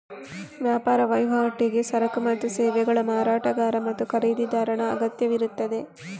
ವ್ಯಾಪಾರ ವಹಿವಾಟಿಗೆ ಸರಕು ಮತ್ತು ಸೇವೆಗಳ ಮಾರಾಟಗಾರ ಮತ್ತು ಖರೀದಿದಾರನ ಅಗತ್ಯವಿರುತ್ತದೆ